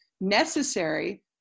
necessary